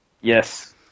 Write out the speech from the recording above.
Yes